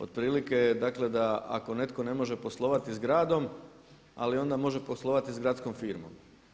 Otprilike dakle ako netko ne može poslovati s gradom ali onda može poslovati s gradskom firmom.